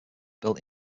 built